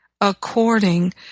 according